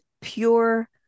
pure